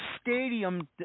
stadium